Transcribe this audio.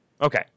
Okay